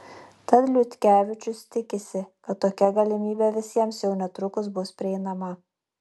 tad liutkevičius tikisi kad tokia galimybė visiems jau netrukus bus prieinama